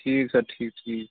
ٹھیٖک سر ٹھیٖک ٹھیٖک